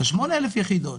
את 8,000 היחידות